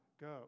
Go